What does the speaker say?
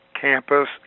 campus